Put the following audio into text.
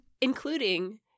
including